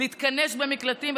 להתכנס במקלטים,